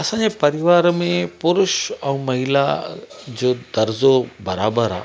असांजे परिवार में पुरुष ऐं महिला जो दर्जो बराबरि आहे